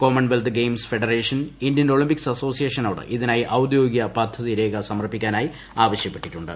Commonwealth Games Federation Indian Olympics അസോസിയേഷനോട് ഇതിനായി ഔദ്യോഗിക പദ്ധതിരേഖ സമർപ്പിക്കാനായി ആവശ്യപ്പെട്ടിട്ടുണ്ട്